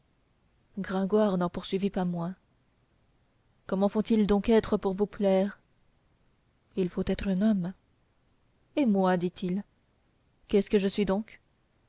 gringoire n'en poursuivit pas moins comment faut-il donc être pour vous plaire il faut être homme et moi dit-il qu'est-ce que je suis donc